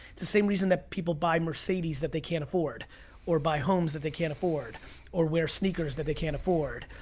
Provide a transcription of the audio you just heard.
it's the same reason that people buy mercedes that they can't afford or buy homes that they can't afford or wear sneakers that they can't afford.